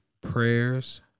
prayers